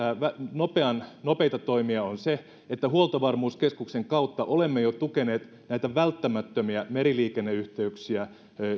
nopeita toimia on että huoltovarmuuskeskuksen kautta olemme jo tukeneet näitä välttämättömiä meriliikenneyhteyksiä